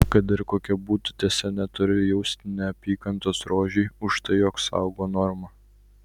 kad ir kokia būtų tiesa neturiu jausti neapykantos rožei už tai jog saugo normą